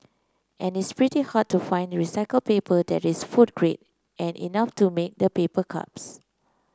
and it's pretty hard to find recycled paper that is food grade and enough to make the paper cups